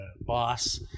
boss